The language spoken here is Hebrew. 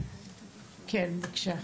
כן, בבקשה.